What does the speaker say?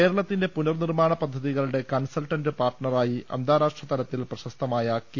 കേരളത്തിന്റെ പുനർനിർമ്മാണ പദ്ധതികളുടെ കൺസൾട്ടന്റ് പാർട്ണറായി അന്താരാഷ്ട്രതലത്തിൽ പ്രശസ്തമായ കെ